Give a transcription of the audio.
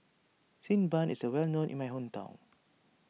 Xi Ban is well known in my hometown